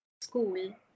school